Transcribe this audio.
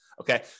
Okay